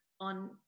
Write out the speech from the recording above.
on